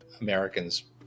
americans